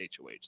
hoh